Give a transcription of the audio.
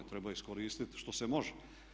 Treba iskoristiti što se može.